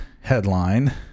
headline